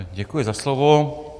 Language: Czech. Děkuji za slovo.